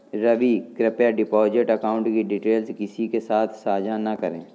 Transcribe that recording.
रवि, कृप्या deposit account की details किसी के साथ सांझा न करें